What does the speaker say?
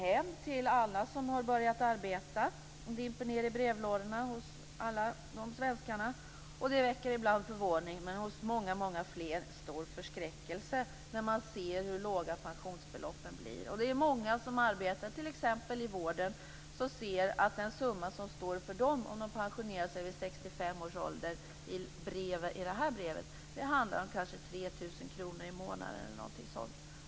De dimper ned i brevlådan och väcker ibland förvåning men hos många fler stor förskräckelse när de ser hur låga pensionsbeloppen blir. Det är många som arbetar t.ex. inom vården och som i detta brev ser den summa som de kommer att få om de pensionerar sig vid 65 års ålder. Det handlar om kanske 3 000 kr i månaden.